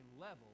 level